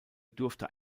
durfte